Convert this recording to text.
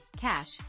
Cash